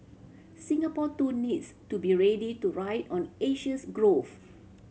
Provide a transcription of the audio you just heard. Singapore too needs to be ready to ride on Asia's growth